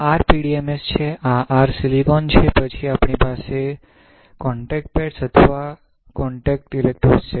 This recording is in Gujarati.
આ r PDMS છે આ r સિલિકોન છે પછી આપણી પાસે કોંટેક્ટ પેડ્સ અથવા કોંટેક્ટ ઇલેક્ટ્રોડ છે